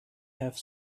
have